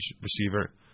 receiver